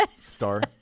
Star